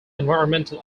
environmental